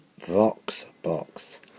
Voxbox